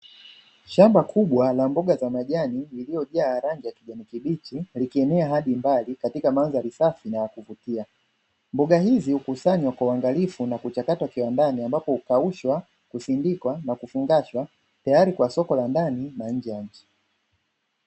Shamba kubwa la mboga za majani lililojaa rangi ya kijani kibichi ikienea hadi mbali katika mandhari safi na ya kuvutia. Mboga hizi hukusanywa kwa uangalifu na kuchakatwa kiwandani ambapo hukaushwa, husindikwa na kufungashwa; tayari Kwa soko la ndani na nje ya nchi.